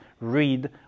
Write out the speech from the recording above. read